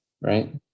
right